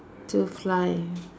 to fly